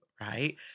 right